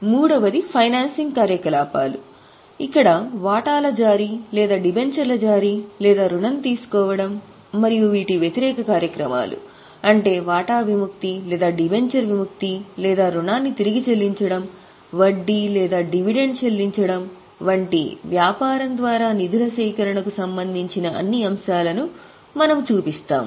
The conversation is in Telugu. మూడవది ఫైనాన్సింగ్ కార్యకలాపాలు ఇక్కడ వాటాల జారీ లేదా డిబెంచర్ల జారీ లేదా రుణం తీసుకోవడం మరియు వీటి వ్యతిరేక కార్యక్రమాలు అంటే వాటా విముక్తి లేదా డిబెంచర్ విముక్తి లేదా రుణాన్ని తిరిగి చెల్లించడం వడ్డీ లేదా డివిడెండ్ చెల్లించడం వంటి వ్యాపారం ద్వారా నిధుల సేకరణకు సంబంధించిన అన్ని అంశాలను మనము చూపిస్తాము